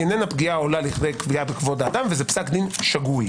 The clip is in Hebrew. היא אינה פגיעה עולה לכדי פגיעה בכבוד האדם וזה פסק דין שגוי.